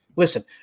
listen